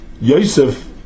Yosef